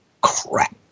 crap